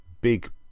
big